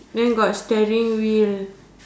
then got steering wheel